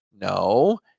No